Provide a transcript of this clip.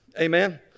Amen